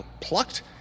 plucked